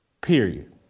Period